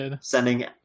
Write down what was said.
sending